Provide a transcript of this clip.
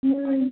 হুম